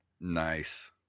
Nice